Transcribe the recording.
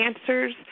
answers